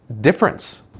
difference